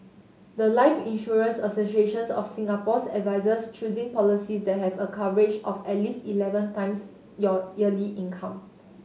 the life Insurance Associations of Singapore's advises choosing policies that have a coverage of at least eleven times your yearly income